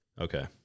Okay